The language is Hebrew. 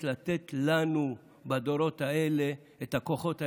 נועדו לתת לנו בדורות האלה את הכוחות האלה.